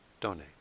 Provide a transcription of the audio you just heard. donate